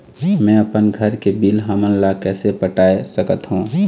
मैं अपन घर के बिल हमन ला कैसे पटाए सकत हो?